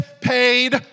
paid